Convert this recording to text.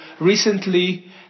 recently